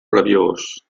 rabiós